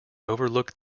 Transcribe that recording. overlook